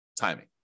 timing